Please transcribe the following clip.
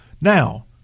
Now